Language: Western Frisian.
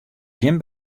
gjin